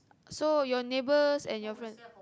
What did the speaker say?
so your neighbours and your friend